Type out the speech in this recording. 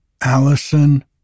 Allison